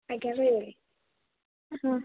ଆଜ୍ଞା ରହିଗଲି ହଁ